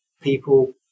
people